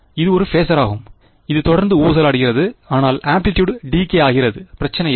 இது ஒரு பேஸர் ஆகும் இது தொடர்ந்து ஊசலாடுகிறது ஆனால் ஆம்ப்ளிட்யூட் டீகே ஆகிறது பிரச்சனையில்லை